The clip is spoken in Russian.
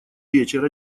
вечер